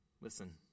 Listen